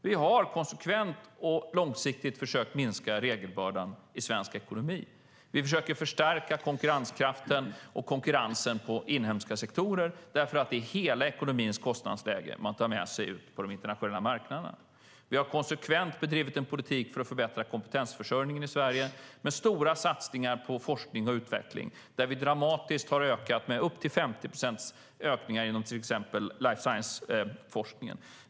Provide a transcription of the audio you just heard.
Vi har konsekvent och långsiktigt försökt minska regelbördan i svensk ekonomi. Vi försöker förstärka konkurrenskraften och konkurrensen på inhemska sektorer, för det är hela ekonomins kostnadsläge man tar med sig ut på de internationella marknaderna. Vi har konsekvent bedrivit en politik för att förbättra kompetensförsörjningen i Sverige - vi har gjort stora satsningar på forskning och utveckling, där vi dramatiskt har ökat med upp till 50 procent inom till exempel life science-forskningen.